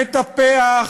מטפח,